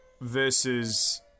versus